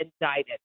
indicted